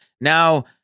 Now